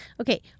Okay